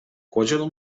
kładziono